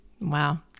Wow